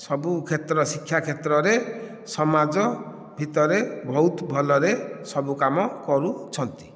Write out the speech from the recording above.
ସବୁ କ୍ଷେତ୍ର ଶିକ୍ଷା କ୍ଷେତ୍ରରେ ସମାଜ ଭିତରେ ବହୁତ ଭଲରେ ସବୁ କାମ କରୁଛନ୍ତି